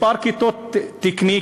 מספר כיתות תקניות,